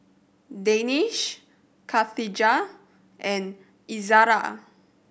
Danish Khatijah and Izara